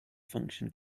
function